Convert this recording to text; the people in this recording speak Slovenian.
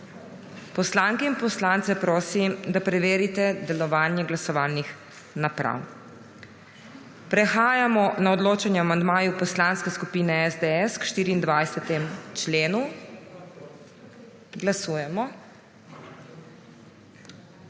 Poslanke in poslance prosim, da preverite delovanje glasovalnih naprav. Prehajamo na odločanje o amandmaju Poslanske skupine SDS k 24. členu. Glasujemo.